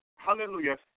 Hallelujah